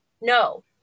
No